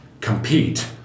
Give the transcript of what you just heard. compete